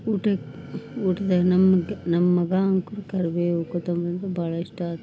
ಊಟಕ್ಕೆ ಊಟ್ದಾಗೆ ನಮ್ಗೆ ನಮ್ಮಗೆ ಅಂತು ಕರ್ಬೇವು ಕೊತ್ತಂಬರಿ ಅಂದರೆ ಭಾಳ ಇಷ್ಟ ಆಯ್ತ್